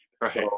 Right